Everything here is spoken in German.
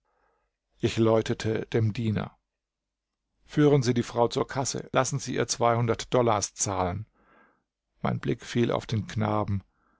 ich läutete dem diener führen sie die frau zur kasse lassen sie ihr zweihundert dollars zahlen mein blick fiel auf den knaben